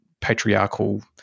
patriarchal